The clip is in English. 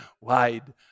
Wide